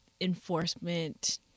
enforcement